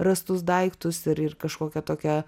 rastus daiktus ir ir kažkokia tokia